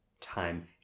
time